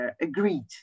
agreed